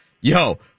yo